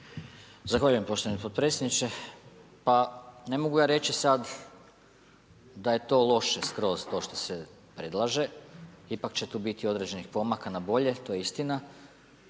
Zahvaljujem poštovani potpredsjedniče. Pa ne mogu ja reći sad da je to loše skroz to što se predlaže, ipak će tu biti određenih pomaka na bolje, to je istina.